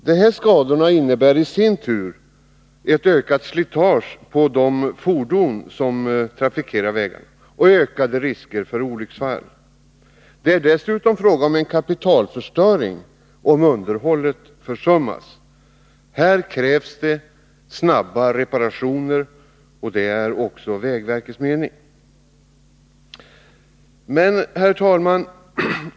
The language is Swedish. Dessa skador innebär i sin tur ökat slitage på de fordon som trafikerar vägarna och ökade risker för olycksfall. Det är dessutom fråga om en kapitalförstöring om underhållet försummas. Här krävs snabba reparationer — och det är också vägverkets mening. Herr talman!